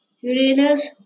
Uranus